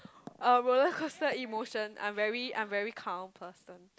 uh roller coaster emotion I am very I am very calm person